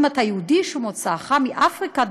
אם אתה יהודי שמוצאך מאפריקה,